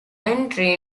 entry